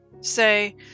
Say